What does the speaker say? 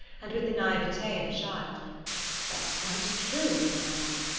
and with the naivete of a child that's quite true, upon my honour.